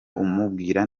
umubwira